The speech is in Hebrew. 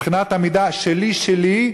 בבחינת המידה: שלי שלי,